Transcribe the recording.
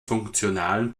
funktionalen